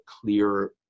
clear